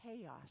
Chaos